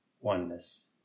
oneness